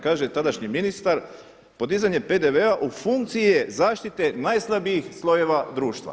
Kaže tadašnji ministar podizanje PDV-a u funkciji je zaštite najslabijih slojeva društva.